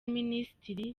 minisitiri